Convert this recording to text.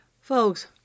Folks